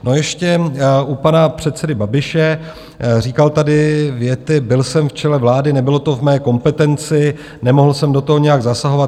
No ještě u pana předsedy Babiše říkal tady věty: byl jsem v čele vlády, nebylo to v mé kompetenci, nemohl jsem do toho nijak zasahovat.